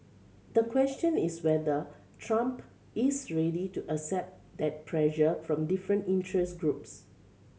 the question is whether Trump is ready to accept that pressure from different interest groups